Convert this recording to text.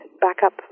backup